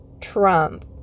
Trump